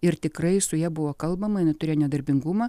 ir tikrai su ja buvo kalbama jinai turėjo nedarbingumą